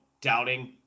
doubting